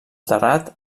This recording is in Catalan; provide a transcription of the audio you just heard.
terrat